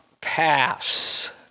pass